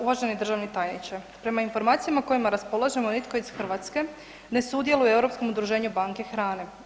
Uvaženi državni tajniče, prema informacijama kojima raspolažemo, nitko od Hrvatske ne sudjeluje u Europskom udruženju banke hrane.